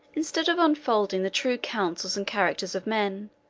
instead of unfolding the true counsels and characters of men,